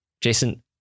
Jason